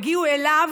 יגיעו אליו